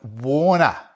Warner